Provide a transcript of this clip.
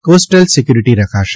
coastal security રખાશે